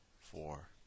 four